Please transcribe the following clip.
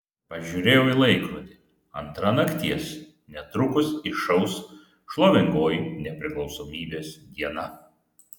pažiūrėjau į laikrodį antra nakties netrukus išauš šlovingoji nepriklausomybės diena